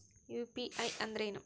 UPI ಅಂದ್ರೇನು?